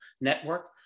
network